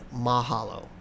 mahalo